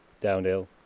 downhill